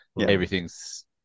everything's